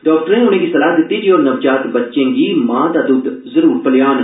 डाक्टरें उनेंगी सलाह दिती जे ओह नवजात बच्चे गी मां दा द्द्ध जरूर पलेआन